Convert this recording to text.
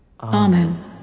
Amen